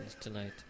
tonight